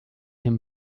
him